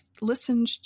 listened